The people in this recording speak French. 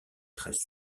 très